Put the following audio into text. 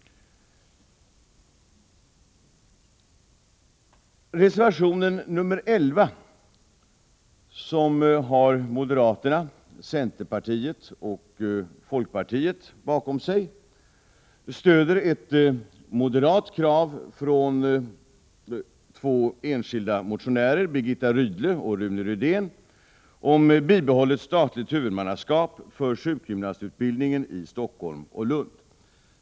Reservation 11, som moderaterna, centerpartiet och folkpartiet står bakom, stöder ett moderatkrav från två enskilda motionärer, Birgitta Rydle och Rune Rydén, om bibehållet statligt huvudmannaskap för sjukgymnastutbildningen i Stockholm och Lund.